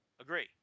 Agree